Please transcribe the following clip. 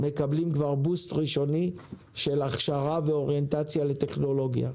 מקבלים כבר בוסט ראשוני של הכשרה ואוריינטציה לטכנולוגיה.